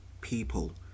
people